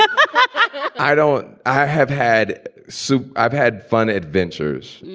but but i don't. i have had soup. i've had fun adventures